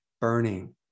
burning